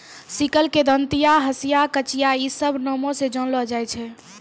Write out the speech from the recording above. sickle के दंतिया, हंसिया, कचिया इ सभ नामो से जानलो जाय छै